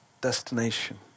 Destination